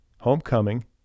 Homecoming